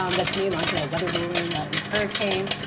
um that's me launching a weather balloon in a hurricane,